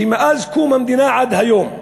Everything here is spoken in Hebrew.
שמאז קום המדינה עד היום,